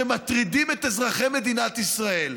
שמטרידים את אזרחי מדינת ישראל,